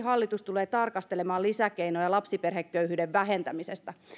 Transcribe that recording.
hallitus tulee tarkastelemaan myöskin lisäkeinoja lapsiperheköyhyyden vähentämiseksi